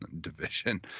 division